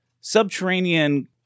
subterranean